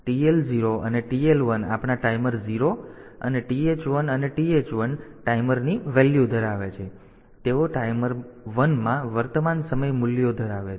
તેથી આ TL0 અને TL1 આપણા ટાઈમર 0 અને TH0 અને TH1 ની ટાઈમર વેલ્યુ ધરાવે છે અને તેઓ ટાઈમર 1 માં વર્તમાન સમય મૂલ્ય ધરાવે છે